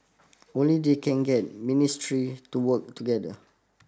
only they can get ministry to work together